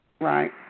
Right